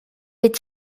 est